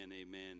amen